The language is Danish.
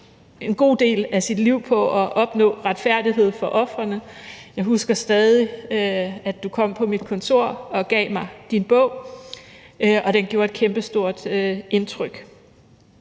en god del af sit liv på at opnå retfærdighed for ofrene. Jeg husker stadig, at du kom på mit kontor og gav mig din bog, og den gjorde et kæmpestort indtryk